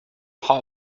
hot